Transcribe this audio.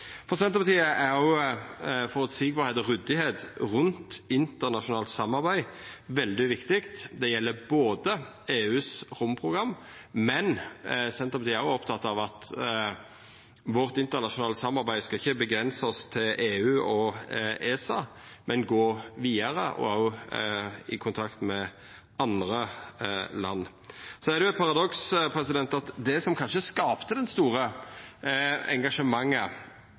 For Senterpartiet er òg føreseielegheit og ryddigheit rundt internasjonalt samarbeid veldig viktig. Det gjeld ikkje berre EUs romprogram. Senterpartiet er òg oppteke av at vårt internasjonale samarbeid ikkje skal avgrensast til EU og ESA, men gå vidare og òg i kontakt med andre land. Det er eit paradoks at det som kanskje skapte det store engasjementet